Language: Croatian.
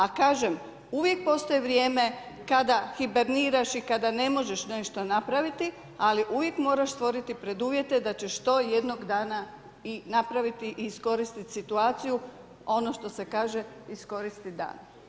A kažem, uvijek postoji vrijeme kada hiberniraš i kada ne možeš nešto napraviti, ali uvijek moraš stvoriti preduvjete da ćeš to i jednog dana i napraviti i iskoristiti situaciju, ono što se kaže, iskoristi dan.